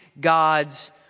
God's